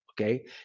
Okay